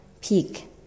peak